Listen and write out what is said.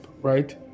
right